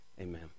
Amen